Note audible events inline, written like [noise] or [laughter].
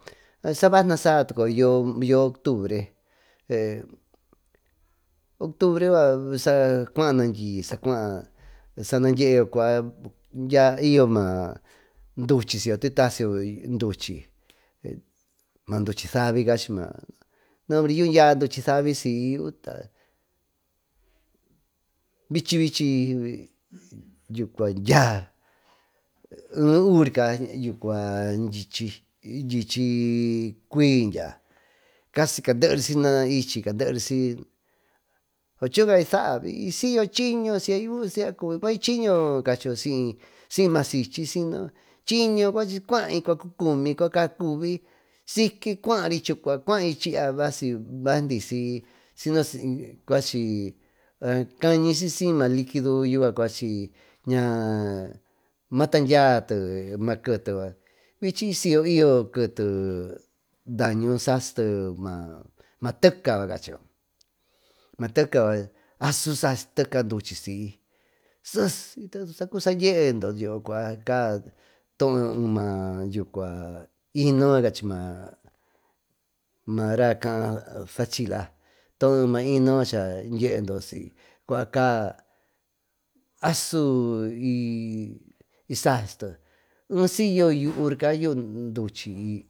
Sabasi ñaa saa tu cuyo octubre [hesitation] yucua saa cuaa ñandyi saacua saadyeeyo cuaa y yo maa duchi tuitasiyo duchi savi cachi maayo yuu dya duchi savi vichi vichi dya ee uvirca dyichicui dyia casi cuaadeery sinaichi chooca ysaa y syiyo chiño si yuú mayuvi chiño siy masiche chiño cuachi cuai cucumi siyke cuay sike cuaari chiy ya vaaci vacidisy sinosihy kañi siy siy maa liquido yucua cuachiñaa matandya maa kete yucua vichi y siyyo keete daño sasite maa teca cachimayo maateca yucua asu sasi teca duchi siy sate sakuvi saandyedo cua caa tooyo eemmaá ino yucua cachi mara kaa saachilatooyo ee mainoo yucua chaa dyeendo cua caa asu isasite cesiyo yuu nca yu duchi.